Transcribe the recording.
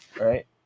Right